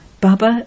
Baba